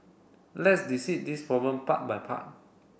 let's this problem part by part